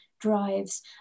drives